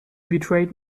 betrayed